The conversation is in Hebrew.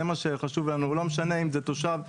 זה לא משנה אם זה תושב בצפון,